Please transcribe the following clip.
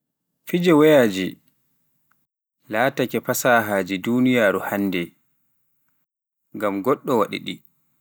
fiige wayaaji laatake fasaahaji duniyaru hannde, ngam goɗɗo waɗiɗii.